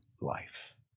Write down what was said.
life